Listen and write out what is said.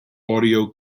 audio